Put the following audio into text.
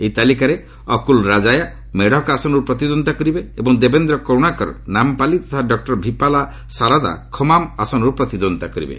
ଏହି ତାଲିକାରେ ଅକ୍କୁଲ ରାଜାୟା ମେଢ଼କ ଆସନରୁ ପ୍ରତିଦ୍ୱନ୍ଦ୍ୱୀତା କରିବେ ଏବଂ ଦେବେନ୍ଦ୍ର କରୁଣାକର ନାମ୍ପାଲି ତଥା ଡକ୍ଟର ଭିପାଲା ସାରଦା ଖାମାମ୍ ଆସନରୁ ପ୍ରତିଦ୍ୱନ୍ଦ୍ୱୀତା କରିବେ